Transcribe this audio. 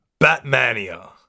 Batmania